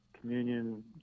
communion